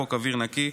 חוק אוויר נקי,